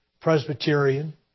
Presbyterian